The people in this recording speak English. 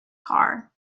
car